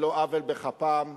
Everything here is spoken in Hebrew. על לא עוול בכפם,